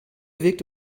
wirkt